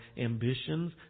ambitions